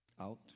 out